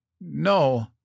No